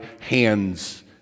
hands